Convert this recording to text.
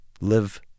Live